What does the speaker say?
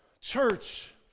church